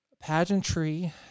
pageantry